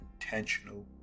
intentional